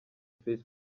facebook